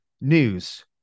news